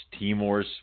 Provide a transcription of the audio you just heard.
Timors